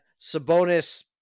Sabonis